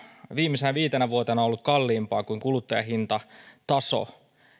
viimeisenä viitenä vuotena ollut jo kalliimpaa kuin kuluttajahintataso